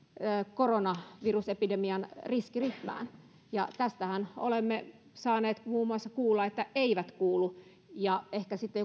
koronavirusepidemian riskiryhmään ja tästähän olemme saaneet muun muassa kuulla että eivät kuulu ehkä sitten